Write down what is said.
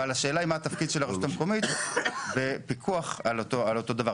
אבל השאלה היא מה התפקיד של הרשות המקומית בפיקוח על הדבר הזה.